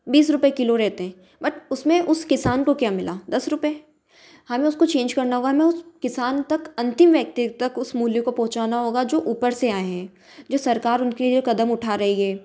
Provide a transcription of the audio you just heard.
बीस रुपये किलो रहते हैं बट उसमें उस किसान को क्या मिला दस रूपये हमें उसको चेंज करना होगा हमें उस किसान तक अंतिम व्यक्ति तक उस मूल्य को पहुँचाना होगा जो ऊपर से आए हैं जो सरकार उनके लिए कदम उठा रही है